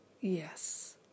Yes